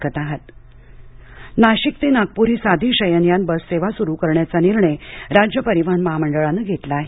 Nashik Nagpur bus Nashik Nashik ते नागपुर ही साधी शयन यान बस सेवा सुरू करण्याचा निर्णय राज्य परिवहन महामंडळाने घेतला आहे